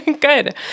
Good